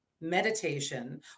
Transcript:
meditation